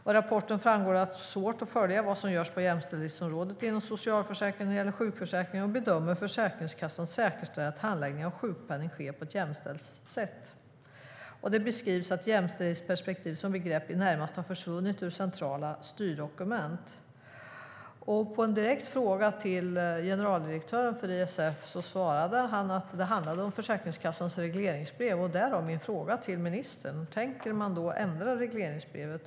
Av rapporten framgår att det är svårt att följa vad som görs på jämställdhetsområdet inom socialförsäkringen när det gäller sjukförsäkringen och att bedöma om Försäkringskassan säkerställer att handläggningen av sjukpenning sker på ett jämställt sätt. Det beskrivs att jämställdhetsperspektiv som begrepp i det närmaste har försvunnit ur centrala styrdokument. På en direkt fråga till generaldirektören för ISF svarade han att det handlade om Försäkringskassans regleringsbrev. Därav min fråga till ministern om man tänker ändra regleringsbrevet.